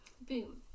Boom